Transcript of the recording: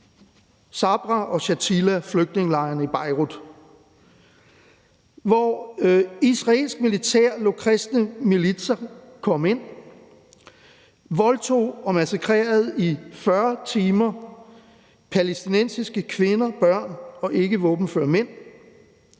Sabra og Shatila, flygtningelejrene i Beirut, hvor israelsk militær lod kristne militser komme ind. I 40 timer voldtog og massakrerede de palæstinensiske kvinder, børn og ikkevåbenføre mænd.